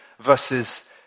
Versus